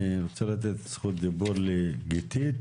אני רוצה לתת זכות דיבור לגיתית